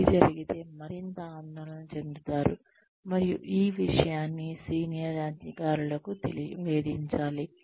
Y జరిగితే మరింత ఆందోళన చెందుతారు మరియు ఈ విషయాన్ని సీనియర్ అధికారులకు నివేదించాలి